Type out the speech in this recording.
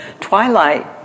twilight